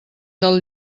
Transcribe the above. del